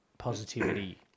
Positivity